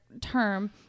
term